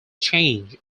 change